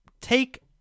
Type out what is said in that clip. take